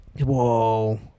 whoa